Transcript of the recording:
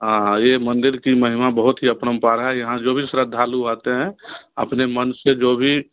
हाँ हाँ ये मंदिर की महिमा बहुत ही अपरंपार है यहाँ जो भी श्रद्धालु आते हैं अपने मन से जो भी